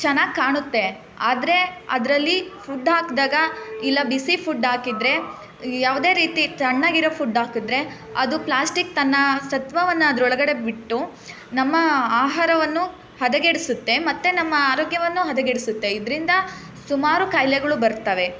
ಚೆನ್ನಾಗಿ ಕಾಣುತ್ತೆ ಆದರೆ ಅದರಲ್ಲಿ ಫುಡ್ ಹಾಕಿದಾಗ ಇಲ್ಲ ಬಿಸಿ ಫುಡ್ ಹಾಕಿದರೆ ಯಾವುದೇ ರೀತಿ ತಣ್ಣಗಿರೋ ಫುಡ್ ಹಾಕಿದರೆ ಅದು ಪ್ಲಾಸ್ಟಿಕ್ ತನ್ನ ಸತ್ವವನ್ನು ಅದರೊಳಗಡೆ ಬಿಟ್ಟು ನಮ್ಮ ಆಹಾರವನ್ನು ಹದಗೆಡಿಸುತ್ತೆ ಮತ್ತೆ ನಮ್ಮ ಆರೋಗ್ಯವನ್ನು ಹದಗೆಡಿಸುತ್ತೆ ಇದರಿಂದ ಸುಮಾರು ಖಾಯಿಲೆಗಳು ಬರ್ತಾವೆ